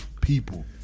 people